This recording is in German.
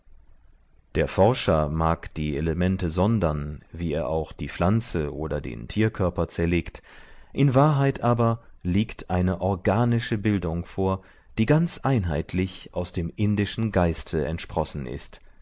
der forscher mag die elemente sondern wie er auch die pflanze oder den tierkörper zerlegt in wahrheit aber liegt eine organische bildung vor die ganz einheitlich aus dem indischen geiste entsprossen ist